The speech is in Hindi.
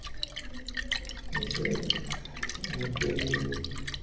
जैसे उनके लिये